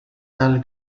dal